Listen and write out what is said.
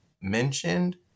mentioned